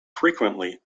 frequently